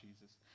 Jesus